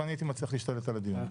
ואני הייתי מצליח להשתלט על הדיון.